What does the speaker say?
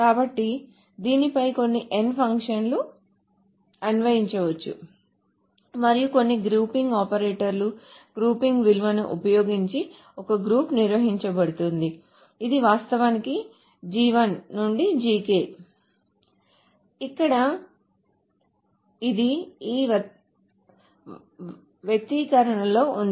కాబట్టి దీనిపై కొన్ని n ఫంక్షన్లను అన్వయించవచ్చు మరియు కొన్ని గ్రూపింగ్ ఆపరేటర్లు గ్రూపింగ్ విలువలను ఉపయోగించి ఒక గ్రూప్ నిర్వచించబడుతుంది ఇది వాస్తవానికి ఇది ఇక్కడ ఈ వ్యక్తీకరణలో ఉంది